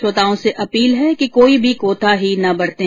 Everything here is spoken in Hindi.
श्रोताओं से अपील है कि कोई भी कोताही न बरतें